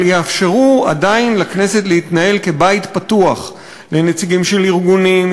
אבל עדיין יאפשרו לכנסת להתנהל כבית פתוח לנציגים של ארגונים,